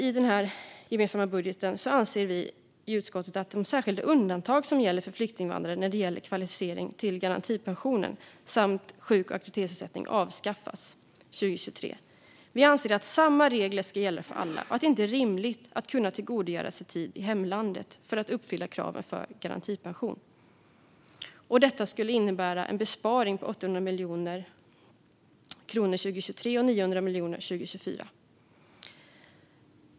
I den gemensamma budgeten anser vi i utskottet därutöver att de särskilda undantag som gäller för flyktinginvandrare när det gäller kvalificering till garantipension samt sjuk och aktivitetsersättning ska avskaffas 2023. Vi anser att samma regler ska gälla för alla och att det inte är rimligt att man kan tillgodoräkna sig tid i hemlandet för att uppfylla kraven för garantipension. Detta skulle innebära en besparing på 800 miljoner kronor 2023 och 900 miljoner 2024.